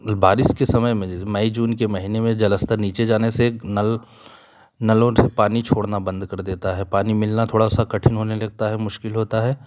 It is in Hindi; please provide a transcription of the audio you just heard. मैं बारिश के समय में मई जून के महीने में जलस्तर नीचे जाने से नल नलों से पानी छोड़ना बँद कर देता है पानी मिलना थोड़ा सा कठिन होने लगता है मुश्किल होता है